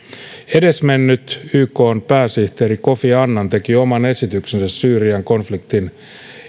edesmennyt ykn pääsihteeri kofi annan teki oman esityksensä syyrian konfliktin